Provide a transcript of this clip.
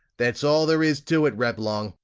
that's all there is to it, reblong!